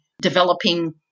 developing